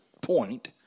point